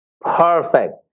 Perfect